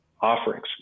offerings